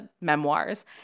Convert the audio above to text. memoirs